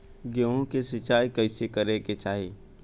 गेहूँ के सिंचाई कइसे करे के चाही?